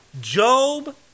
Job